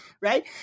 right